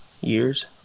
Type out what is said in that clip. years